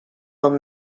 will